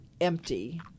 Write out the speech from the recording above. empty